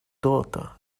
daughter